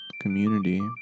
community